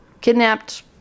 kidnapped